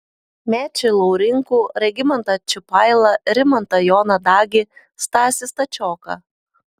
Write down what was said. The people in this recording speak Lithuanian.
mečį laurinkų regimantą čiupailą rimantą joną dagį stasį stačioką